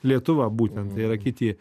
lietuva būtent tai yra kiti